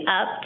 up